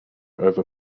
over